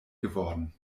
geworden